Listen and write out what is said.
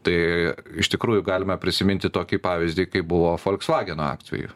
tai iš tikrųjų galime prisiminti tokį pavyzdį kaip buvo folksvageno atveju